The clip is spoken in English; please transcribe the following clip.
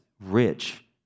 rich